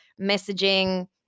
messaging